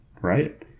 right